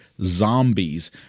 zombies